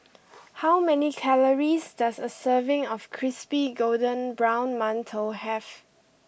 how many calories does a serving of Crispy Golden Brown Mantou have